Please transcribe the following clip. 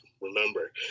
remember